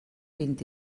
vint